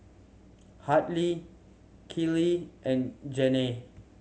Hadley Keely and Janay